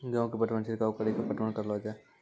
गेहूँ के पटवन छिड़काव कड़ी के पटवन करलो जाय?